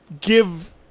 give